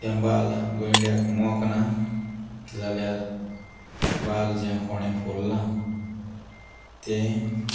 तें बाल गोंयड्याक मोखलें ना जाल्यार बाल जें फोणें फोडलां तें